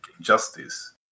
justice